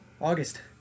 August